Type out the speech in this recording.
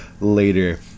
later